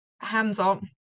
hands-on